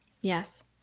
Yes